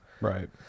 Right